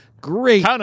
Great